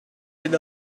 with